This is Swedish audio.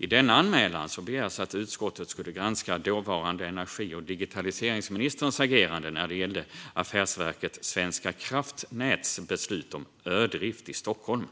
I denna anmälan begärs att utskottet skulle granska dåvarande energi och digitaliseringsministerns agerande när det gäller Affärsverket svenska kraftnäts beslut om ödrift i Stockholm.